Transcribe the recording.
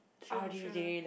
true true